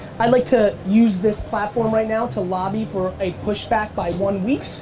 i'd like to use this platform right now, to lobby for a push back by one week.